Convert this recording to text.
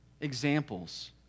examples